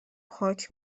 پاک